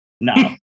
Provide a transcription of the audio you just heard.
No